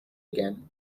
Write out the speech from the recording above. again